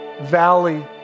valley